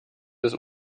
des